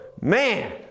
man